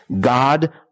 God